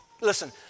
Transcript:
listen